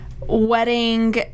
wedding